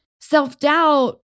Self-doubt